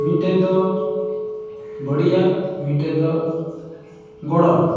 ᱢᱤᱫᱴᱮᱱ ᱫᱚ ᱵᱟᱹᱲᱤᱡᱟᱜ ᱢᱤᱫᱴᱮᱱ ᱫᱚ ᱜᱚᱲᱚᱣᱟᱜ